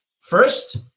First